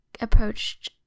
approached